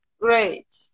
Great